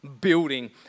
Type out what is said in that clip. building